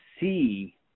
see